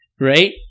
right